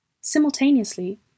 Simultaneously